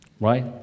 Right